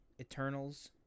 Eternals